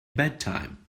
bedtime